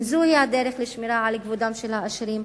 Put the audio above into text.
אם זוהי הדרך לשמירה על כבודם של האסירים,